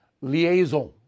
liaison